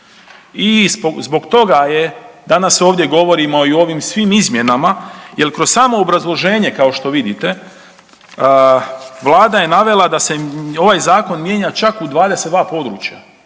I zbog toga je danas ovdje govorimo i o ovim svim izmjenama jer kroz samo obrazloženje kao što vidite Vlada je navela da se ovaj zakon mijenja čak u 22 područja,